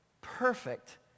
perfect